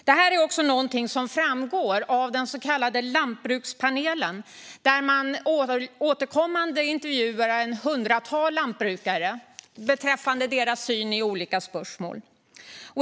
Detta framgår av den så kallade Lantbrukspanelen, där man återkommande intervjuar ett hundratal lantbrukare beträffande deras syn i olika spörsmål.